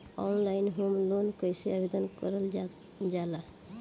Online home loan कैसे आवेदन करल जा ला?